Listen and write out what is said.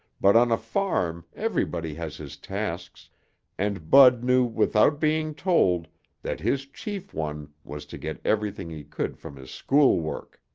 but on a farm everybody has his tasks and bud knew without being told that his chief one was to get everything he could from his school work.